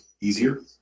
easier